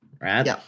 right